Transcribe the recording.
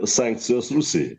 sankcijos rusijai